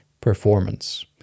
performance